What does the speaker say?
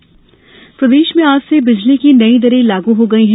बिजली दर प्रदेश में आज से बिजली की नई दरें लागू हो गई हैं